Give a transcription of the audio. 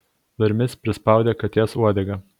durimis prispaudė katės uodegą